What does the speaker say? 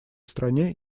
стране